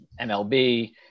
mlb